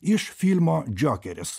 iš filmo džokeris